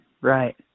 right